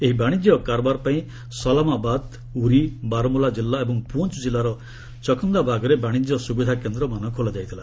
ଏହି ବାଶିଙ୍କ୍ୟ କାରବାର ପାଇଁ ସଲାମାବାଦ ଉରି ବାରମୂଳା ଜିଲ୍ଲା ଏବଂ ପୁଞ୍ଚ ଜିଲ୍ଲାର ଚକନ୍ଦାବାଗ୍ଠାରେ ବାଣିଜ୍ୟ ସୁବିଧାକେନ୍ଦ୍ରମାନ ଖୋଲାଯାଇଥିଲା